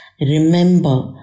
remember